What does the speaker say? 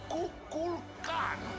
Kukulkan